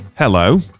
Hello